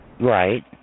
Right